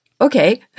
Okay